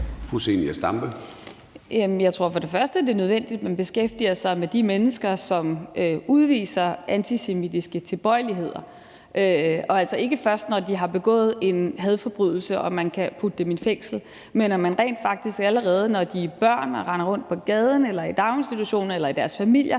Jeg tror, at det for det første er nødvendigt, at man beskæftiger sig med de mennesker, som udviser antisemitiske tilbøjeligheder, og altså ikke først, når de har begået en hadforbrydelse og man kan putte dem i fængsel, men at man rent faktisk, allerede når de er børn og render rundt på gaden, i daginstitutioner eller i deres familier